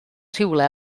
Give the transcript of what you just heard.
rhywle